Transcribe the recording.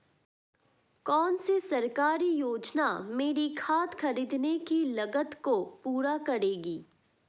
कौन सी सरकारी योजना मेरी खाद खरीदने की लागत को पूरा करेगी?